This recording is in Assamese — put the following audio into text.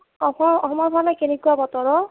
অসম অসমৰ ফালে কেনেকুৱা বতৰ অঁ